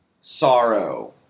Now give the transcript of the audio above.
sorrow